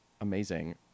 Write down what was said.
Amazing